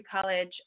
college